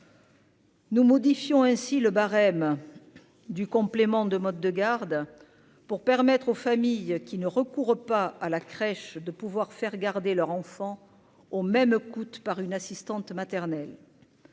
Nous modifions ainsi le barème du complément de mode de garde pour permettre aux familles qui ne recourent pas à la crèche, de pouvoir faire garder leur enfant au même coûte par une assistante maternelle.